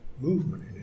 movement